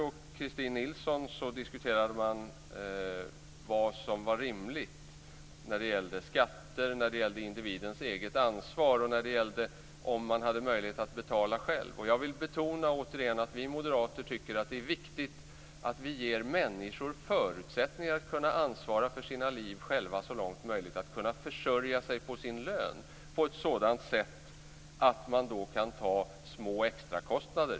Christin Nilsson diskuterade man vad som var rimligt när det gällde skatter, när det gällde individens eget ansvar och när det gällde om man har möjlighet att betala själv. Jag vill återigen betona att vi moderater tycker att det är viktigt att människor ges förutsättningar att själva så långt möjligt kunna ansvara för sina liv, att kunna försörja sig på sin lön på ett sådant sätt att man kan klara små extrakostnader.